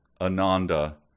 Ananda